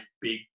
big